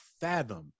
fathom